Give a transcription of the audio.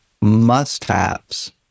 must-haves